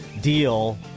deal